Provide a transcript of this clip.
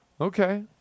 Okay